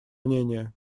мнения